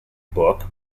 book